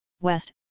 West